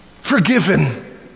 forgiven